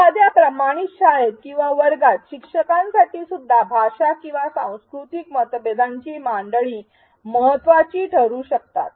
एखाद्या प्रमाणित शाळेत किंवा वर्गात शिक्षकांसाठी सुद्धा भाषा किंवा सांस्कृतिक मतभेदांची मांडणी महत्त्वाची ठरू शकतात